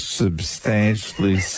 substantially